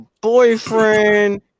boyfriend